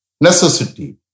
necessity